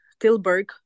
Tilburg